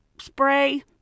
spray